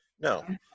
No